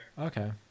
Okay